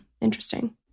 Interesting